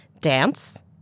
dance